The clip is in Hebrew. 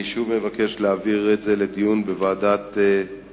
אני שוב מבקש להעביר את הנושא לדיון בוועדת העבודה,